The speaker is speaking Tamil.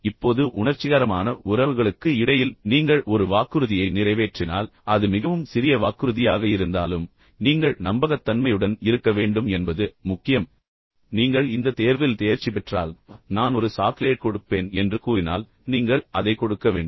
இப்போது உணர்ச்சிகரமான உறவுகளுக்கு இடையில் நீங்கள் ஒரு வாக்குறுதியை நிறைவேற்றினால் அது மிகவும் சிறிய வாக்குறுதியாக இருந்தாலும் நீங்கள் நம்பகத்தன்மையுடன் இருக்க வேண்டும் என்பது முக்கியம் நீங்கள் இந்த தேர்வில் தேர்ச்சி பெற்றால் நான் ஒரு சாக்லேட் கொடுப்பேன் என்று கூறினால் நீங்கள் அதை கொடுக்க வேண்டும்